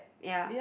ya